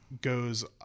goes